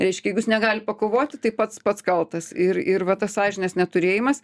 reiškia jeigu jis negali pakovoti tai pats pats kaltas ir ir va tas sąžinės neturėjimas